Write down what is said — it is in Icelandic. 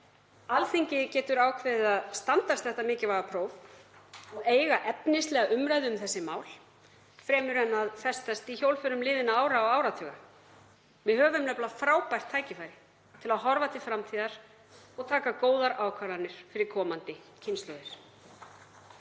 Alþingi getur ákveðið að standast þetta mikilvæga próf og eiga efnislega umræðu um þessi mál fremur en að festast í hjólförum liðinna ára og áratuga. Við höfum frábært tækifæri til að horfa til framtíðar og taka góðar ákvarðanir fyrir komandi kynslóðir.